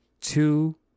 two